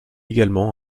également